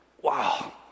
Wow